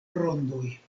rondoj